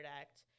act